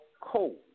cold